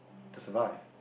to survive